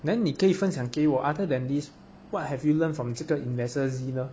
then 你可以分享给我 other than this what have you learnt from 这个 investors Z 呢